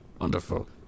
Wonderful